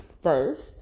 first